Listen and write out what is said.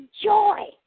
joy